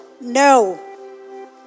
No